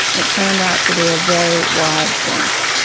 it turned out to be a very wide brink.